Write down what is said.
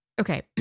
Okay